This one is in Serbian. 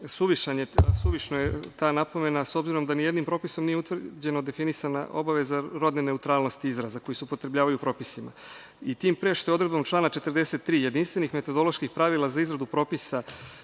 suvišna je ta napomena, s obzirom da nijednim propisom nije utvrđeno definisana obaveza rodne neutralnosti izraza, koji se upotrebljavaju u propisima. Tim pre, što je odredbom člana 43, jedinstvenih metodoloških pravila za izradu, propisana